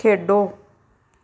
ਖੇਡੋ